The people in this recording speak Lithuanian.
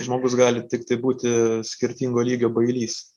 žmogus gali tiktai būti skirtingo lygio bailys